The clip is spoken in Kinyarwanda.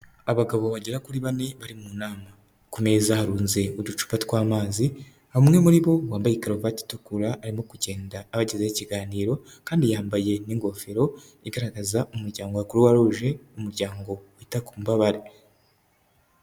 Abagabo bagera kuri bane bari mu nama, ku meza harunze uducupa tw'amazi bamwe umwe muri bo bambaye karuvati itukura arimo kugenda abagezaho ikiganiro kandi yambaye n'ingofero igaragaza umuryango kuruwa ruje umuryango wita ku mbabare.